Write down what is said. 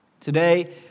Today